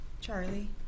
Charlie